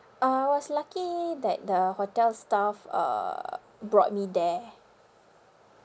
uh I was lucky that the hotel staff uh brought me there